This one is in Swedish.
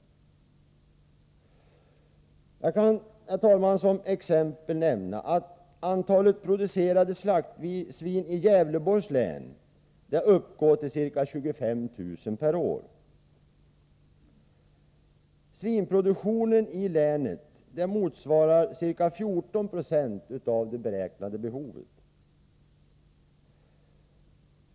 Jag kan som exempel nämna att antalet producerade slaktsvin i Gävleborgs län uppgår till ca 25 000 per år. Svinproduktionen i länet motsvarar ca 14 90 av det beräknade behovet.